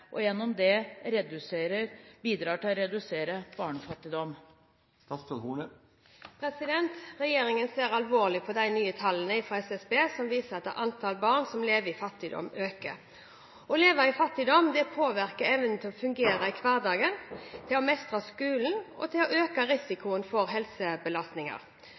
og gjennom det bidrar til å redusere barnefattigdom?» Regjeringen ser alvorlig på de nye tallene fra SSB som viser at antall barn som lever i fattigdom, øker. Å leve i fattigdom påvirker evnen til å fungere i hverdagen og til å mestre skolen, og det øker risikoen for helsebelastninger.